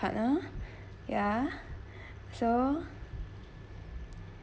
partner ya so